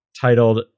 titled